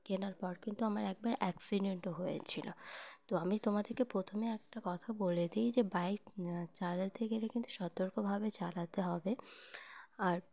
কেনার পর কিন্তু আমার একবার অ্যাক্সিডেন্টও হয়েছিলো তো আমি তোমাদেরকে প্রথমে একটা কথা বলে দিই যে বাইক চালাতে গেলে কিন্তু সতর্কভাবে চালাতে হবে আর